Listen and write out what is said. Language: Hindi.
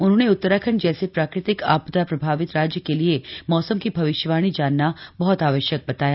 उन्होंने उत्तराखंड जैसे प्राकृतिक आपदा प्रभावित राज्य के लिए मौसम की भविष्यवाणी जानना बहत आवश्यक बताया